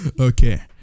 Okay